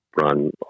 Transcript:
run